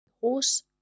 horse